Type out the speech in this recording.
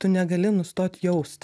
tu negali nustot jaust